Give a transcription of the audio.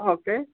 okay